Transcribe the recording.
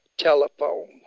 telephone